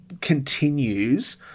continues